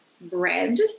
bread